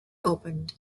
opened